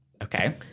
Okay